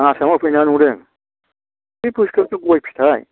आसामाव फैनानै नुदों बे बुस्थुआथ' गय फिथाइ